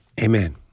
Amen